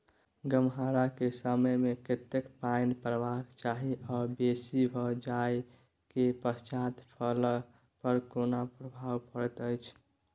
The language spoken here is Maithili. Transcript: गम्हरा के समय मे कतेक पायन परबाक चाही आ बेसी भ जाय के पश्चात फसल पर केना प्रभाव परैत अछि?